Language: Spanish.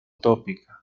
tópica